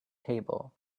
table